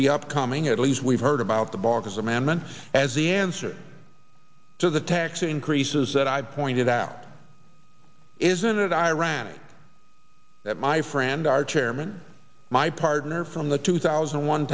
be upcoming at least we've heard about the baucus amendment as the answer to the tax increases that i've pointed out isn't it ironic that my friend our chairman my partner from the two thousand